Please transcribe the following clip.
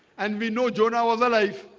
and we know jonah was alive,